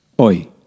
oi